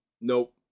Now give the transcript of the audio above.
nope